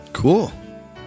Cool